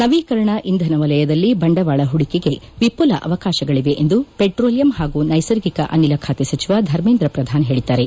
ನವೀಕರಣ ಇಂಧನ ವಲಯದಲ್ಲಿ ಬಂಡವಾಳ ಹೂಡಿಕೆಗೆ ವಿಫುಲ ಅವಕಾಶಗಳಿವೆ ಎಂದು ಪೆಟ್ರೋಲಿಯಂ ಹಾಗೂ ನೈಸರ್ಗಿಕ ಅನಿಲ ಖಾತೆ ಸಚಿವ ಧರ್ಮೇಂದ್ರ ಪ್ರಧಾನ್ ಹೇಳಿದ್ದಾರೆ